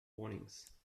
warnings